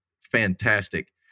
fantastic